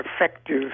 effective